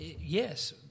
yes